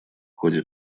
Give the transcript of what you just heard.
ходе